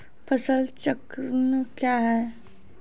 फसल चक्रण कया हैं?